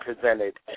presented